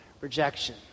rejection